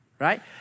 right